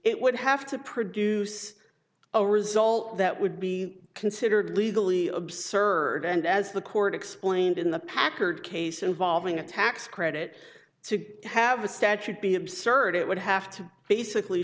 it would have to produce a result that would be considered legally absurd and as the court explained in the packard case involving a tax credit to have a statute be absurd it would have to basically